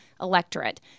electorate